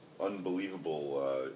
unbelievable